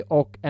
och